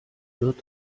wird